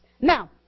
Now